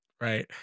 right